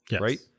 right